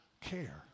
care